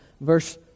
Verse